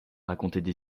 racontaient